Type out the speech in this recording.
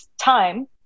time